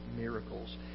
miracles